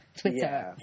Twitter